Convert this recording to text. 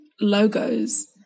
logos